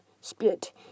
split